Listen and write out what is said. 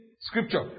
scripture